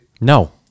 no